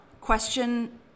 question